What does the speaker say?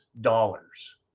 dollars